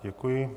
Děkuji.